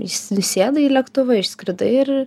įs įsėdai į lėktuvą išskridai ir